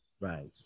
Right